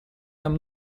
нам